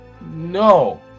No